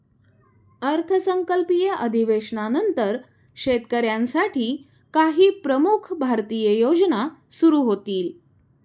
अर्थसंकल्पीय अधिवेशनानंतर शेतकऱ्यांसाठी काही प्रमुख भारतीय योजना सुरू होतील